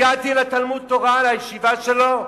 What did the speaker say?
הגעתי לתלמוד-תורה, לישיבה שלו,